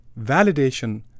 Validation